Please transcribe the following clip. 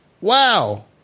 wow